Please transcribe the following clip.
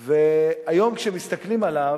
והיום, כשמסתכלים עליו,